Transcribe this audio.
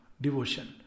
devotion